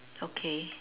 okay